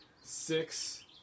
six